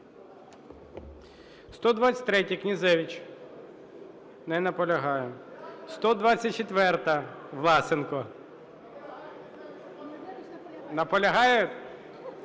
123-я, Князевич. Не наполягає. 124-а, Власенко. Наполягає?